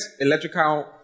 electrical